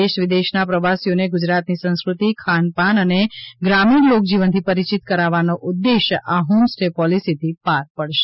દેશ વિદેશના પ્રવાસીઓને ગુજરાતની સંસ્કૃતિ ખાન પાન અને ગ્રામીણ લોકજીવનથી પરિચિત કરાવવાનો ઉદ્દેશ આ હોમ સ્ટે પોલિસીથી પાર પડશે